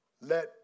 let